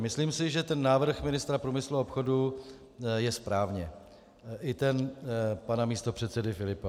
Myslím si, že návrh ministra průmyslu a obchodu je správně, i ten pana místopředsedy Filipa.